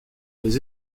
les